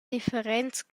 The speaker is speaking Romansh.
differents